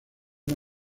una